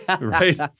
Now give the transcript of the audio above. right